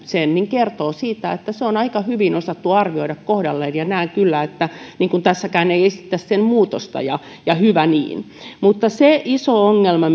sen kertoo siitä että se on aika hyvin osattu arvioida kohdalleen ja näen kyllä samoin niin kuin tässäkin on että ei esitetä sen muutosta ja ja hyvä niin mutta se iso ongelma